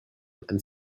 and